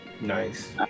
Nice